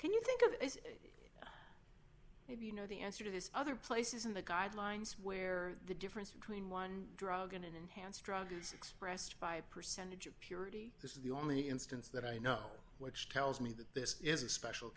can you think of it as if you know the answer to this other places in the guidelines where the difference between one drug and an enhanced drug is expressed by percentage of purity this is the only instance that i know which tells me that this is a special